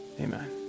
Amen